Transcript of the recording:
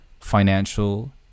financial